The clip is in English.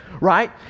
right